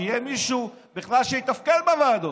שיהיה מישהו שיתפקד בכלל בוועדות.